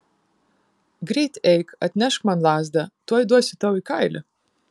greit eik atnešk man lazdą tuoj duosiu tau į kailį